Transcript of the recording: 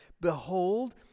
behold